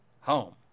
home